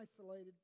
isolated